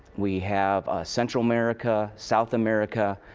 we have ah central america, south america,